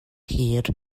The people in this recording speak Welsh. hir